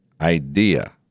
idea